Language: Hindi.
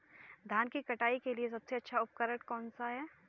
धान की कटाई के लिए सबसे अच्छा उपकरण कौन सा है?